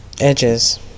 edges